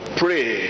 pray